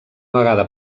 vegada